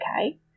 okay